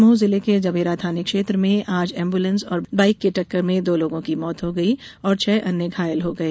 दमोह जिले के जबेरा थाना क्षेत्र में आज एंबूलेंस और बाइक की टक्कर में दो लोगों की मौत हो गयी और छह अन्य घायल हो गए